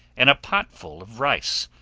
and a pot full of rice,